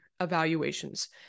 evaluations